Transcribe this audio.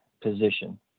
position